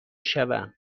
شوم